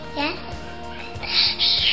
yes